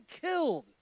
killed